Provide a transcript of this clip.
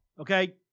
okay